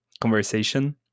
conversation